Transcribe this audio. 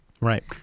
Right